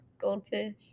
Goldfish